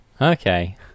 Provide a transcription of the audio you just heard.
Okay